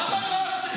למה לא עשיתם.